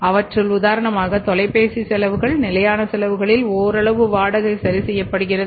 அவற்றுள் உதாரணமாக தொலைபேசி செலவுகள் நிலையான செலவுகளில் ஓரளவு வாடகை சரி செய்யப்படுகிறது